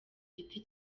giti